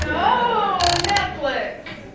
oh, netflix!